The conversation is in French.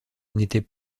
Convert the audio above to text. n’était